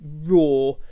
raw